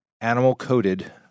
animal-coated